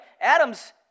Adam's